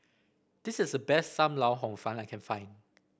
this is the best Sam Lau Hor Fun that I can find